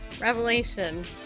Revelation